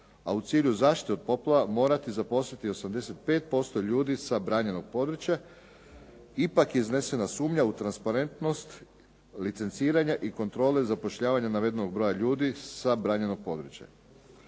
a u cilju zaštite od poplava morati zaposliti 85% ljudi sa obranjenog područja ipak je iznesena sumnja u transparentnost, licenciranje i kontrole zapošljavanja navedenog broja ljudi sa obranjenog područja.